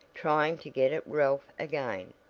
trying to get at ralph again,